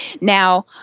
Now